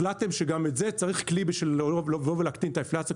החלטתם שגם את זה צריך כלי בשביל לבוא ולהקטין את האינפלציה,